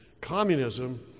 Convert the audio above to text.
Communism